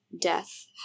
death